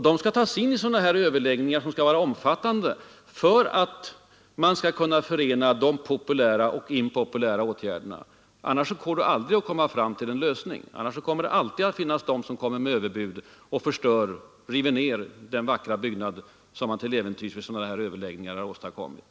Det skall ske för att man skall kunna förena de populära och de impopulära åtgärderna — annars går det aldrig att komma fram till en lösning, annars kommer det alltid att finnas de som kommer med överbud och river ned den vackra byggnad som man till äventyrs vid sådana här överläggningar har åstadkommit.